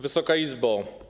Wysoka Izbo!